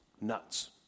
nuts